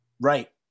Right